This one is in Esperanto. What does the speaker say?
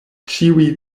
ĉiuj